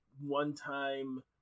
one-time